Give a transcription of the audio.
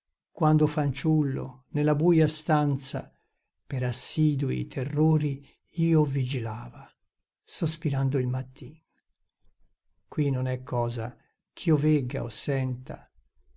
quando fanciullo nella buia stanza per assidui terrori io vigilava sospirando il mattin qui non è cosa ch'io vegga o senta